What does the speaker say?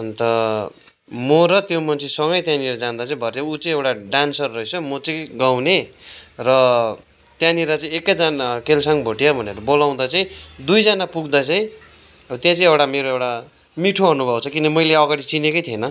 अन्त म र त्यो मान्छे सगैँ त्यहाँनिर जाँदा चाहिँ भरे ऊ चाहिँ एउटा डान्सर रहेछ म चाहिँ गाउने र त्यहाँनिर चाहिँ एकैजना केलसाङ भोटिया भनेर बोलाउँदा चाहिँ दुईजना पुग्दा चाहिँ त्यहाँ चाहिँ एउटा मेरो एउटा मिठो अनुभव छ किन मैले अघाडि चिनेकै थिइनँ